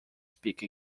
speak